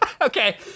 Okay